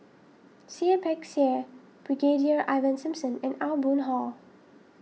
Seah Peck Seah Brigadier Ivan Simson and Aw Boon Haw